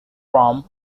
from